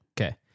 Okay